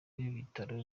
w’ibitaro